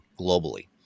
globally